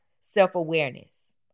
self-awareness